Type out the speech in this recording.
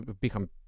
become